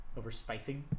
Overspicing